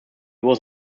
was